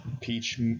peach